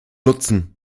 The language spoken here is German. nutzen